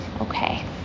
okay